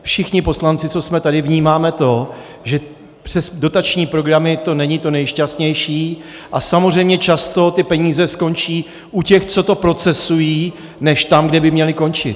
Všichni poslanci, co jsme tady, vnímáme to, že přes dotační programy to není to nejšťastnější a samozřejmě často ty peníze skončí u těch, co to procesují, než tam, kde by měly končit.